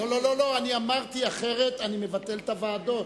לא, אני אמרתי שאחרת אני מבטל את הוועדות.